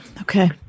Okay